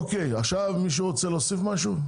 אוקיי, עכשיו מישהו רוצה להוסיף משהו?